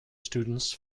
students